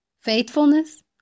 faithfulness